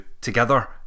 together